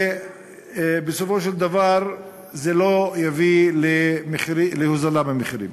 ובסופו של דבר זה לא יביא להורדה במחירים.